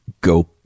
go